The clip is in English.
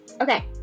okay